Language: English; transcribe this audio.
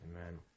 Amen